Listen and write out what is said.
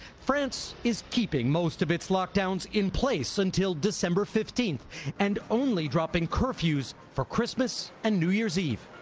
france is keeping most of its lockdowns in place until december fifteenth and only dropping curfews for christmas and new year's eve.